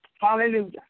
Hallelujah